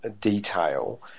detail